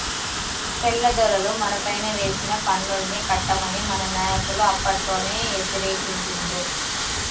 తెల్లదొరలు మనపైన వేసిన పన్నుల్ని కట్టమని మన నాయకులు అప్పట్లోనే యతిరేకించిండ్రు